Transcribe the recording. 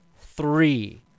Three